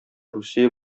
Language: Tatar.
русия